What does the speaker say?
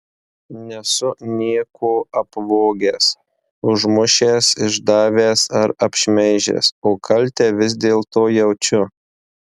nesu nieko apvogęs užmušęs išdavęs ar apšmeižęs o kaltę vis dėlto jaučiu